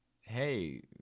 hey